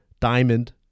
Diamond